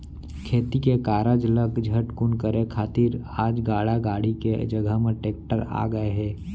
खेती के कारज ल झटकुन करे खातिर आज गाड़ा गाड़ी के जघा म टेक्टर आ गए हे